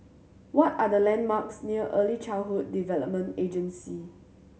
what are the landmarks near Early Childhood Development Agency